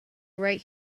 right